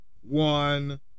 one